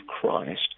Christ